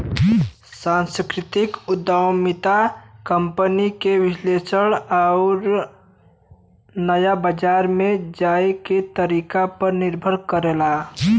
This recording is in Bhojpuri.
सांस्कृतिक उद्यमिता कंपनी के विश्लेषण आउर नया बाजार में जाये क तरीके पर निर्णय करला